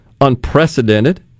unprecedented